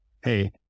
hey